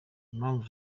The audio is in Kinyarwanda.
impamvu